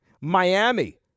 Miami